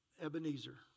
Ebenezer